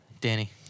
Danny